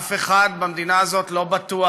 אף אחד במדינה הזאת לא בטוח,